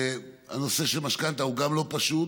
והנושא של משכנתה הוא לא פשוט.